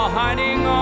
hiding